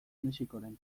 mexikoren